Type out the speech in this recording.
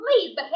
Please